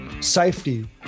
Safety